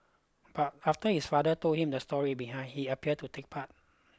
but after his father told him the story behind he appeared to take part